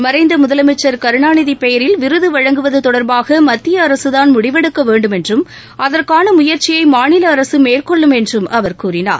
மறைந்த முதலமைச்சர் கருணாநிதி பெயரில் விருது வழங்குவது தொடர்பாக மத்திய அரசுதான் முடிவெடுக்கவேண்டும் என்றும் அதற்கான முயற்சியை மாநில அரசு மேற்கொள்ளும் என்றும் அவர் கூறினார்